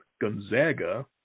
gonzaga